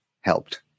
helped